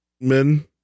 men